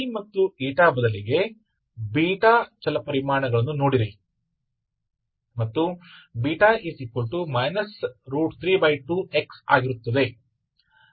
ಮತ್ತು ಬದಲಿಗೆ ಬೀಟಾ ಚಲಪರಿಮಾಣಗಳನ್ನು ನೋಡಿರಿ ಮತ್ತು β 32x ಆಗಿರುತ್ತದೆ